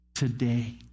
Today